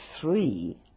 three